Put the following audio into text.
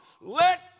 Let